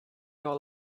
all